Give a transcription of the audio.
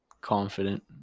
confident